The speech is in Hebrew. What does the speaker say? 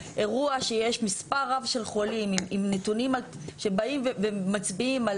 אירוע שיש מספר רב של חולים עם נתונים שבאים ומצביעים על